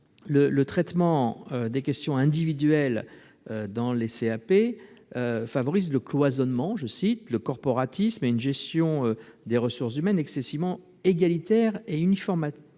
le traitement des questions individuelles dans les CAP favoriserait le cloisonnement, le corporatisme et une gestion des ressources humaines excessivement égalitaire et uniformisatrice.